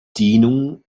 bedienung